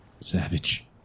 Savage